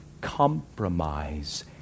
compromise